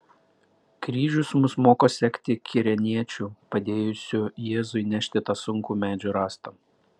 kryžius mus moko sekti kirėniečiu padėjusiu jėzui nešti tą sunkų medžio rąstą